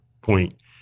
point